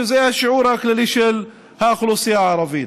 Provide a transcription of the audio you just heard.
שזה השיעור הכללי של האוכלוסייה הערבית.